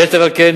יתר על כן,